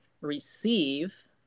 receive